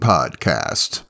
Podcast